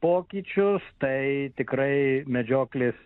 pokyčius tai tikrai medžioklės